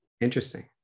Interesting